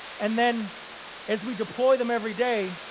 and then as we deploy them every day,